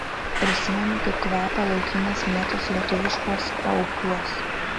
prisimenu kaip kvepia laukinės mėtos lietuviškuos paupiuos